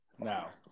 now